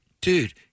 dude